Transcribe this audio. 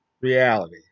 reality